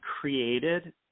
created